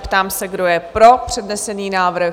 Ptám se, kdo je pro přednesený návrh?